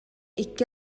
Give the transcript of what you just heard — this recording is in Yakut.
икки